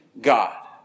God